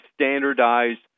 standardized